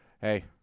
Hey